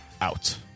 out